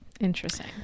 Interesting